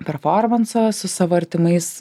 performansą su savo artimais